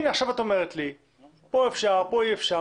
הנה, עכשיו את אומרת לי שכאן אפשר וכאן אי אפשר.